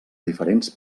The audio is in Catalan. diferents